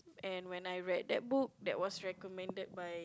and when I read that book that was recommended by